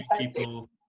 people